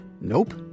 Nope